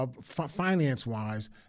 finance-wise